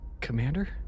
Commander